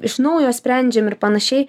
iš naujo sprendžiam ir panašiai